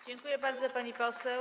Dziękuję bardzo, pani poseł.